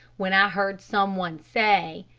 when i heard some one say,